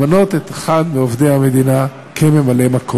למנות את אחד מעובדי המדינה כממלא-מקום.